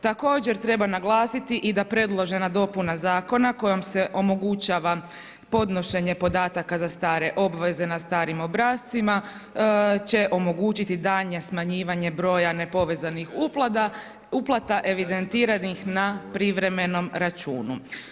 Također treba naglasiti i da predložena dopuna zakona kojom se omogućava podnošenje podataka za stare obveze na starim obrascima će omogućiti daljnje smanjivanje broja nepovezanih uplata evidentiranih na privremenom računu.